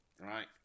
Right